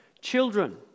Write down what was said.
Children